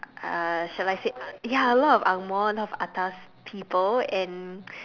uh shall I say uh ya lot of angmoh a lot of atas people and